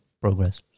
progress